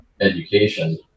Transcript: education